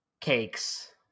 Cakes